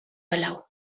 palau